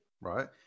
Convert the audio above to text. right